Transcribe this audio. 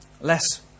less